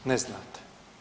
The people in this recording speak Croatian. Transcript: Ne znate.